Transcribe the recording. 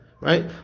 right